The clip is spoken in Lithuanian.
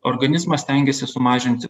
organizmas stengiasi sumažinti